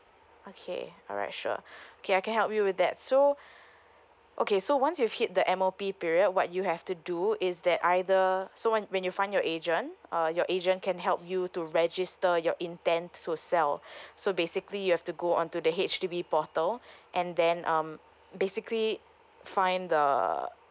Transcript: okay alright sure okay I can help you with that so okay so once you hit the M_O_P period what you have to do is that either so when when you find your agent uh your agent can help you to register your intent to sell so basically you have to go on to the H_D_B portal and then um basically find the